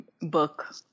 book